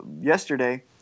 Yesterday